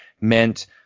meant